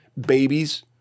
Babies